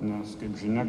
nes kaip žinia